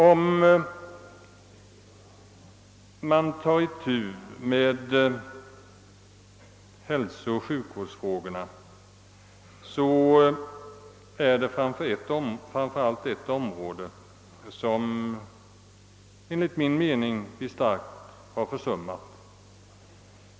När det gäller hälsooch sjukvårdsfrågorna är det framför allt ett område som enligt min mening starkt försummats.